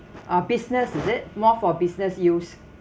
ah business is it more for business use